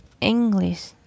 English